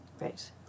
Right